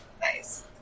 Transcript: nice